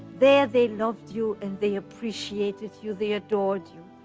there they loved you and they appreciated you, they adored you.